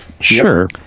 Sure